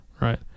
right